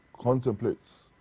contemplates